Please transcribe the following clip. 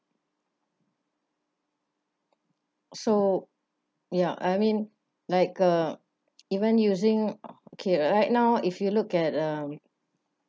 so ya I mean like uh even using okay right now if you look at um